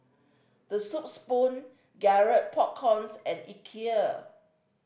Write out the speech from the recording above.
The Soup Spoon Garrett Popcorn and Ikea